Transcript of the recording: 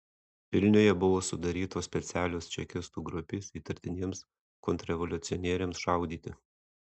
vilniuje buvo sudarytos specialios čekistų grupės įtartiniems kontrrevoliucionieriams šaudyti